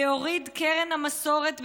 ויוריד קרן המסורת,